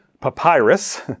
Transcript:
papyrus